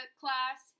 class